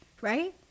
right